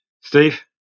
Steve